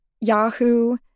Yahoo